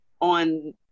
on